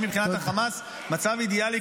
מבחינת חמאס הוא מצב אידיאלי,